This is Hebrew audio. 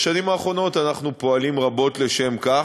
בשנים האחרונות אנחנו פועלים רבות לשם כך,